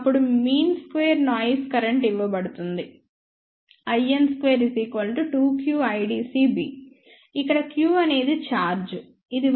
అప్పుడు mean square noise current ఇవ్వబడుతుంది in2 2qIdcB ఇక్కడ q అనేది ఛార్జ్ ఇది 1